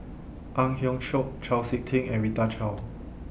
Ang Hiong Chiok Chau Sik Ting and Rita Chao